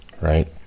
right